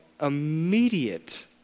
immediate